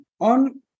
on